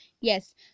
Yes